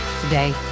today